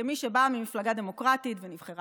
כמי שבאה ממפלגה דמוקרטית ונבחרה